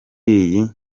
iyi